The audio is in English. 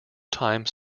time